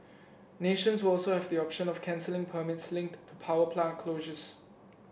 nations will also have the option of cancelling permits linked to power plant closures